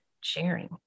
sharing